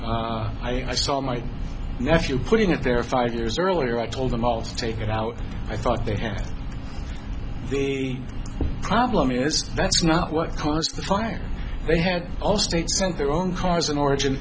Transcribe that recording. there i saw my nephew putting it there five years earlier i told them all to take it out i thought they had the problem yes that's not what caused the fire they had allstate sent their own cars in origin